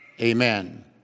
Amen